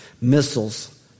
missiles